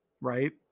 right